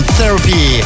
Therapy